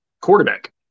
quarterback